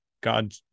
God